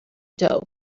doe